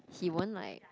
he won't like